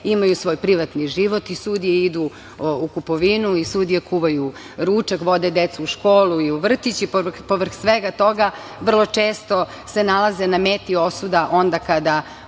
imaju svoj privatni život, sudije idu u kupovinu, sudije kuvaju ručak, vode decu u školu i u vrtić i povrh svega toga, vrlo često se nalaze na meti osuda onda kada